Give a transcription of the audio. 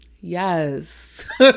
Yes